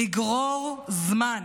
לגרור זמן,